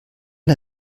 der